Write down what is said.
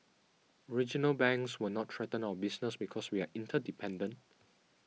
regional banks will not threaten our business because we are interdependent